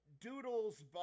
doodles